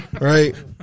right